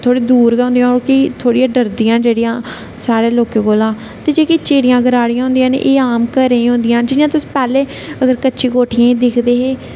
थोह्ड़ी दूर गै होंदे कि ओह् थोह्ड़ी डरदी ना जेहड़िया साढ़े लोकें कोला ते जेहकी चिड़ियां गराडियां होंदिया एह् आम घरें च होदियां ना जियां तुस पैहले अगर कच्चे कोठे च दिक्खदे हे